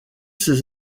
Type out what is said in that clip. ses